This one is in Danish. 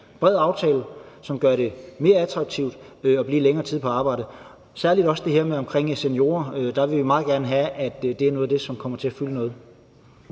lavet en bred aftale, som gør det mere attraktivt at blive længere tid i arbejde. Det gælder særlig også seniorer. Der vil vi meget gerne have, at det er noget af det, som kommer til at fylde noget.